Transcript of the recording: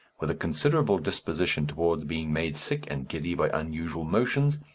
with a considerable disposition towards being made sick and giddy by unusual motions,